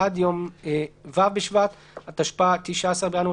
17:00 עד יום ו' בשבט התשפ"א (19 בינואר